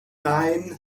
nein